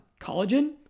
collagen